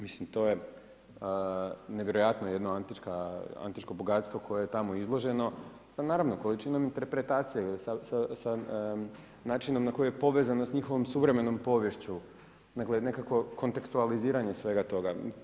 Mislim to je nevjerojatno jedno antičko bogatstvo koje je tamo izloženo, samo naravno sa količinom interpretacija, sa načinom na koji je povezano sa njihovom suvremenom poviješću dakle nekakvo kontekstualiziranje svega toga.